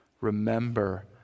Remember